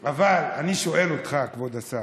אבל אני שואל אותך, כבוד השר: